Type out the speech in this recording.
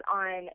on